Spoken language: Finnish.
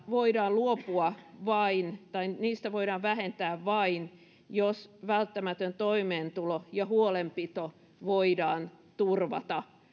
voidaan luopua tai niitä voidaan vähentää vain jos välttämätön toimeentulo ja huolenpito voidaan turvata